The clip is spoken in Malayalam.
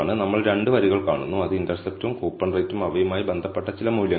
നമ്മൾ 2 വരികൾ കാണുന്നു അത് ഇന്റർസെപ്റ്റും കൂപ്പൺ റേറ്റും അവയുമായി ബന്ധപ്പെട്ട ചില മൂല്യങ്ങളും